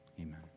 Amen